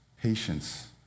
patience